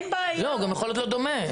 זה יכול להיות גם לא דומה.